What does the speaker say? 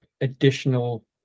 additional